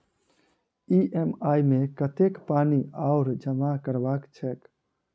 EMI मे कतेक पानि आओर जमा करबाक छैक?